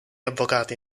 avvocati